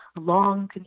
long